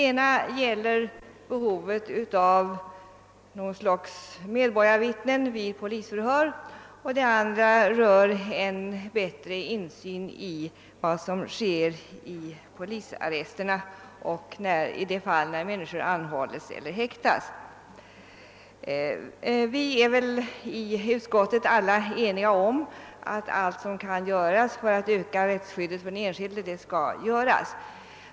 Den ena avser behovet av något slags medborgarvittnen vid polisförhör, den andra rör en bättre insyn i vad som sker i polisarresterna och när människor anhålls eller häktas. Inom utskottet är vi eniga om att allt som kan göras för att öka rättsskyddet för den enskilde skall göras.